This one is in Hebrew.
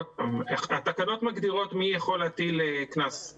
אנחנו אוגרים את השאלות לפני שאני פונה אליכם.